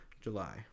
july